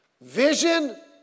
vision